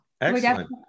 Excellent